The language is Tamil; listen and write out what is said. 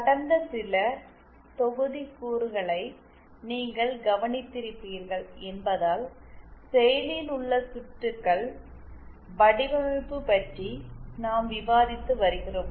கடந்த சில தொகுதிக்கூறுகளை நீங்கள் கவனித்திருப்பீர்கள் என்பதால் செயலில் உள்ள சுற்றுகள் வடிவமைப்பு பற்றி நாம் விவாதித்து வருகிறோம்